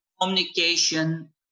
communication